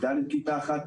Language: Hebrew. בשכבת ג' כיתה אחת,